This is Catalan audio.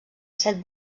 set